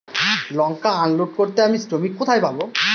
লঙ্কা unload করতে আমি শ্রমিক কোথায় পাবো?